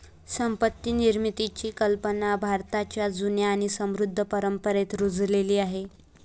संपत्ती निर्मितीची कल्पना भारताच्या जुन्या आणि समृद्ध परंपरेत रुजलेली आहे